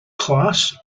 class